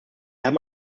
haben